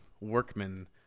workmen